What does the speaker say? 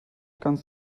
kannst